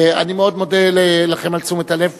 אני מאוד מודה לכם על תשומת הלב.